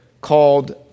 called